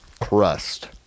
crust